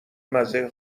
مزه